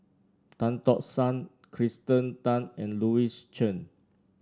Tan Tock San Kirsten Tan and Louis Chen